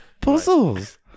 Puzzles